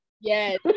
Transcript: Yes